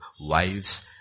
wives